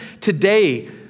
today